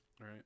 Right